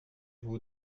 vous